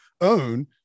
own